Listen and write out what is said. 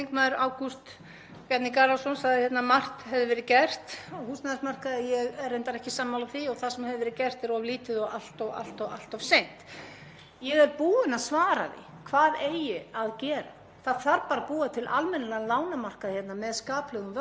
Ég er búin að svara því hvað eigi að gera. Það þarf bara að búa til almennilegan lánamarkað hér með skaplegum vöxtum og það gerist þegar verðtryggingin verður afnumin. Það er hún sem er stærsti skaðvaldurinn í íslensku efnahagskerfi.